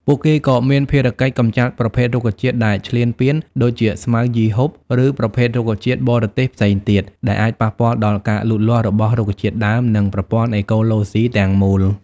ពួកគេក៏មានភារកិច្ច កម្ចាត់ប្រភេទរុក្ខជាតិដែលឈ្លានពាន ដូចជាស្មៅយីហ៊ុប ឬប្រភេទរុក្ខជាតិបរទេសផ្សេងទៀត ដែលអាចប៉ះពាល់ដល់ការលូតលាស់របស់រុក្ខជាតិដើម និងប្រព័ន្ធអេកូឡូស៊ីទាំងមូល។